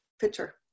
picture